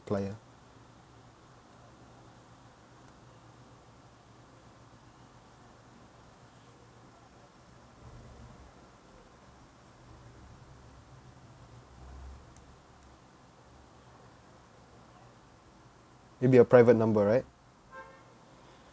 ~plier it will be a private number right